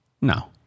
No